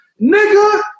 Nigga